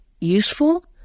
useful